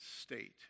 state